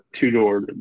two-door